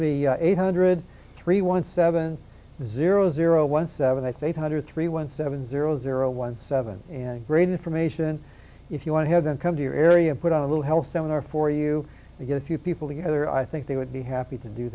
be eight hundred three one seven zero zero one seven that's eight hundred three one seven zero zero one seven great information if you want to have them come to your area put on a little health seminar for you to get a few people together i think they would be happy to do